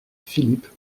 philippe